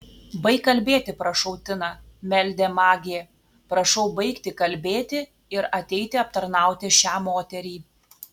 baik kalbėti prašau tina meldė magė prašau baigti kalbėti ir ateiti aptarnauti šią moterį